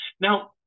Now